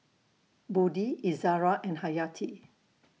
Budi Izara and Hayati